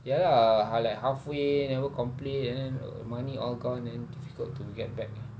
ya lah ha~ like halfway never complete and then money all gone then difficult to get back